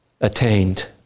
attained